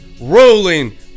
rolling